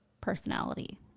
personality